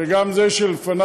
וגם בזה שלפניו,